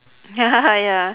ya